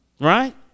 Right